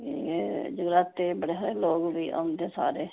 एह् जगराते बड़े सारे लोक बी औंदे सारे